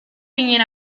ginen